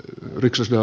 yhdeksäs ja